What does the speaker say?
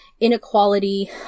inequality